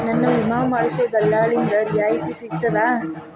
ನನ್ನ ವಿಮಾ ಮಾಡಿಸೊ ದಲ್ಲಾಳಿಂದ ರಿಯಾಯಿತಿ ಸಿಗ್ತದಾ?